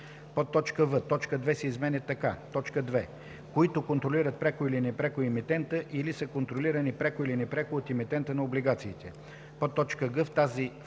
„които са“; в) точка 2 се изменя така: „2. които контролират пряко или непряко емитента или са контролирани пряко или непряко от емитента на облигациите”;